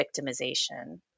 victimization